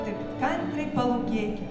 taip kantriai palūkėkim